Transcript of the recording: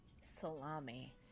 Salami